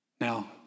Now